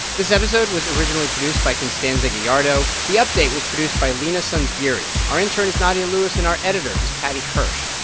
this episode was originally produced by constanza gallardo. the update was produced by leena sanzgiri. our intern is nadia lewis, and our editor is paddy hirsch.